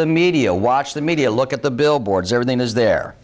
the media watch the media look at the billboards everything is there